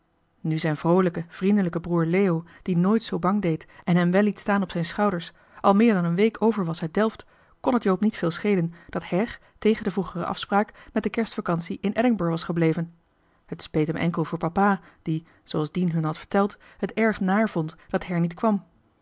nu zijn vroolijke vriendelijke broer leo die nooit zoo bang deed en hem wel liet staan op zijn schouders al meer dan een week over was uit delft kon joop het niet heel veel schelen dat her tegen de vroegere afspraak met de kerstvacantie in edinburg was gebleven t speet hem enkel voor papa die zooals dien hun had verteld het erg naar vond dat her niet kwam